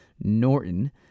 Norton